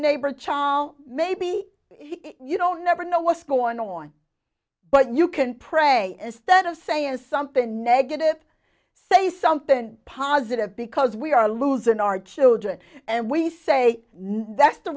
neighbor channel maybe you don't never know what's going on but you can pray instead of saying something negative say something positive because we are losing our children and we say no that's the